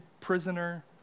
prisoner